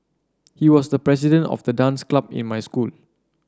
he was the president of the dance club in my school